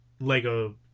Lego